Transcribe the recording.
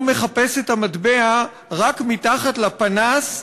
הוא מחפש את המטבע רק מתחת לפנס,